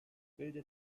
bilde